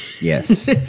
Yes